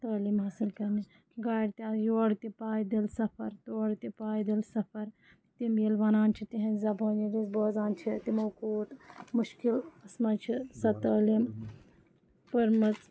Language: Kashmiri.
تعلیٖم حاصِل کَرنٕچ گاڑِ تہِ آسہٕ یورٕ تہِ پادٔلۍ سفر تہٕ تورٕ تہِ پادٔلۍ سفر تِم ییٚلہِ وَنان چھِ تِہِنٛدِ زبٲنۍ ییٚلہِ أسۍ بوزان چھِ تِمو کوٗت مُشکلَس منٛز چھِ سۄ تعلیٖم پٔرمٕژ